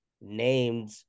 named